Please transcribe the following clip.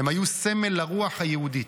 הם היו סמל לרוח היהודית.